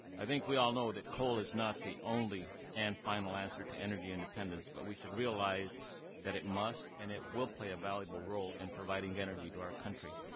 i think we all know that coal is not the only and final answer to energy independence, but we should realize that it must and it will play a valuable role in and providing energy to our country,